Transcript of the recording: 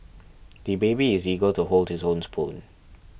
the baby is eager to hold his own spoon